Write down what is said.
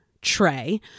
tray